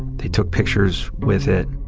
they took pictures with it